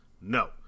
No